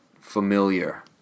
familiar